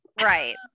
Right